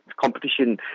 competition